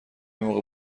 موقع